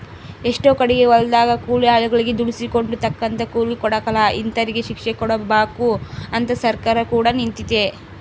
ಎಷ್ಟೊ ಕಡಿಗೆ ಹೊಲದಗ ಕೂಲಿ ಆಳುಗಳಗೆ ದುಡಿಸಿಕೊಂಡು ತಕ್ಕಂಗ ಕೂಲಿ ಕೊಡಕಲ ಇಂತರಿಗೆ ಶಿಕ್ಷೆಕೊಡಬಕು ಅಂತ ಸರ್ಕಾರ ಕೂಡ ನಿಂತಿತೆ